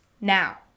Now